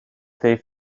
they